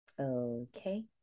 okay